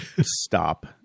Stop